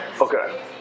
Okay